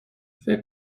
فکر